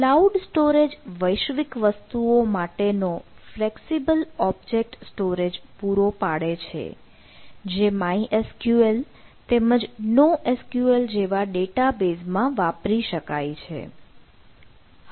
cloud storage વૈશ્વિક વસ્તુઓ માટેનો ફ્લેક્સિબલ ઓબ્જેક્ટ સ્ટોરેજ પૂરો પાડે છે જે mySQL તેમજ noSQLજેવા ડેટાબેઝમાં વાપરી શકાય છે